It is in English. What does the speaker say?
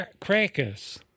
crackers